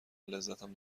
لذتم